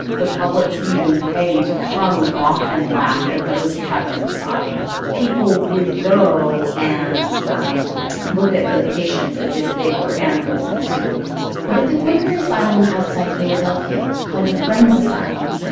the public could even pay to come gawk and laugh at those kept inside people would go and um look at the patients as if they were animals in a zoo but at the quaker asylum outside philadelphia, called the friends asylum,